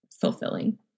fulfilling